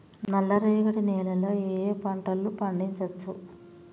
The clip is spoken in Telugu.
నల్లరేగడి నేల లో ఏ ఏ పంట లు పండించచ్చు?